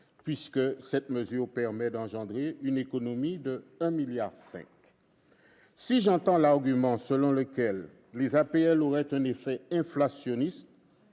puisque cette mesure permet de réaliser une économie de 1,5 milliard d'euros. Si j'entends l'argument selon lequel les APL auraient un effet inflationniste,